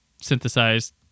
synthesized